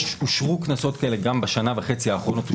אושרו קנסות כאלה גם בשנה וחצי האחרונות.